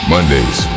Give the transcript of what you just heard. Mondays